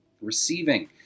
Receiving